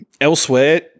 Elsewhere